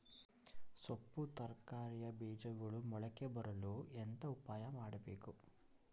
ಸೊಪ್ಪು ತರಕಾರಿಯ ಬೀಜಗಳು ಮೊಳಕೆ ಬರಲು ಎಂತ ಉಪಾಯ ಮಾಡಬೇಕು?